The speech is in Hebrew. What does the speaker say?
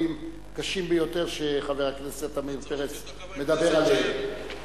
קשים ביותר שחבר הכנסת עמיר פרץ מדבר עליהם.